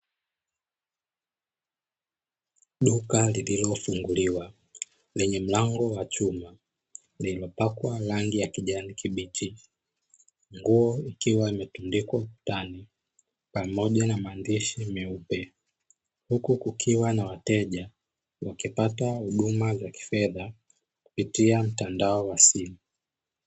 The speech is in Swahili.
Duka lililofunguliwa lenye mlango wa chuma, lililopakwa rangi ya kijani kibichi, nguo ikiwa imetundikwa ukutani pamoja na maandishi meupe, huku kukiwa na wateja wakipata huduma za kifedha kupitia mtandao wa simu.